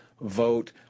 vote